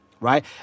right